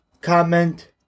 comment